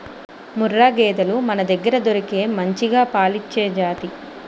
ముర్రా గేదెలు మనదగ్గర దొరికే మంచిగా పాలిచ్చే జాతి